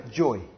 joy